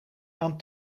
aan